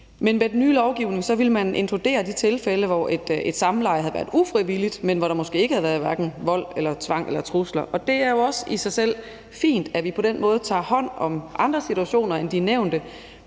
men med den nye lovgivning ville man inkludere de tilfælde, hvor et samleje havde været ufrivilligt, men hvor der måske ikke havde været hverken vold eller tvang eller trusler, og det er jo også i sig selv fint, at vi på den måde tager hånd om andre situationer end de nævnte,